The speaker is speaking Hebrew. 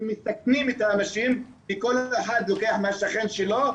ומסכנים את האנשים וכל אחד לוקח מהשכן שלו,